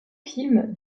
film